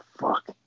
Fuck